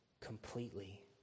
completely